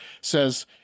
says